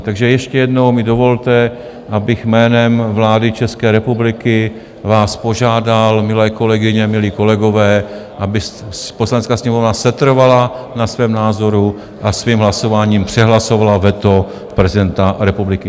Takže ještě jednou mi dovolte, abych jménem vlády České republiky vás požádal, milé kolegyně, milí kolegové, aby Poslanecká sněmovna setrvala na svém názoru a svým hlasováním přehlasovala veto prezidenta republiky.